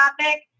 topic